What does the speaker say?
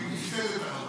הוא ייסד את הרבנות.